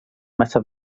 massa